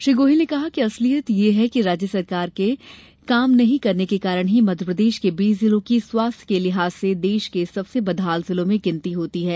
श्री गोहिल ने कहा कि असलियत यह है कि राज्य सरकार के काम नहीं करने के कारण ही मध्यप्रदेश के बीस जिलों की स्वास्थ्य के लिहाज से देश के सबसे बदहाल जिलों में गिनती होती है